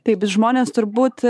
taip bet žmonės turbūt